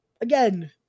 again